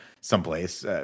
someplace